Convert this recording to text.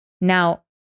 Now